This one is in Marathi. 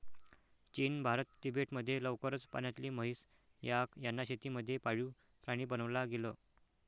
चीन, भारत, तिबेट मध्ये लवकरच पाण्यातली म्हैस, याक यांना शेती मध्ये पाळीव प्राणी बनवला गेल